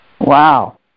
Wow